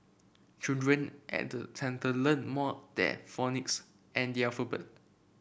children at the centre learn more than phonics and the alphabet